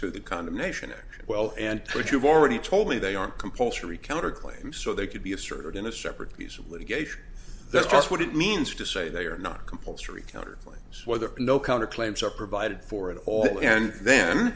to the condemnation action well and but you've already told me they aren't compulsory counterclaim so they could be asserted in a separate piece of litigation that's just what it means to say they are not compulsory counterclaims whether no counter claims are provided for at all and then